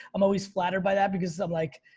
i'm always flattered by that because i'm like,